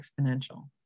exponential